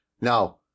Now